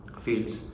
fields